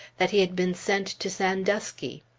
that he had been sent to sandusky.